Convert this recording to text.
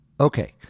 Okay